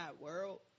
world